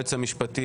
היועץ המשפטי,